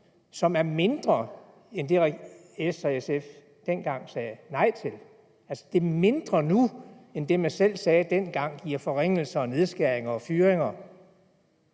som er mindre end det, S og SF dengang sagde nej til. Altså, det er mindre nu end det, man selv sagde nej til den gang, i forringelser og nedskæringer og fyringer.